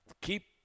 Keep